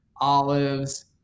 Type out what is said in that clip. olives